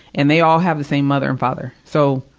and they all have the same mother and father. so,